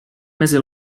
mezi